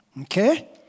Okay